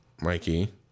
Mikey